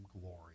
glory